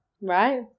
Right